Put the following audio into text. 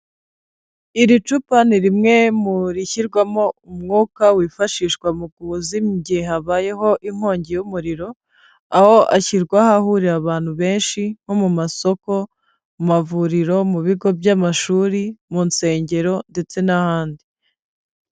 Iri cupa ni rimwe mu rishyirwamo umwuka wifashishwa mu kuzimya igihe habayeho inkongi y'umuriro, aho ashyirwa ahahurira abantu benshi nko mu masoko, mu mavuriro, mu bigo by'amashuri, mu nsengero ndetse n'ahandi.